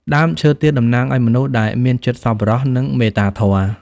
ដើមឈើទាលតំណាងឲ្យមនុស្សដែលមានចិត្តសប្បុរស និងមេត្តាធម៌។